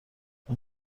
اون